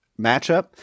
matchup